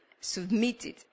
submitted